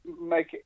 make